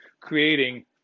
creating